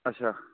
اچھا